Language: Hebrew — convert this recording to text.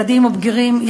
ילדים או בגירים,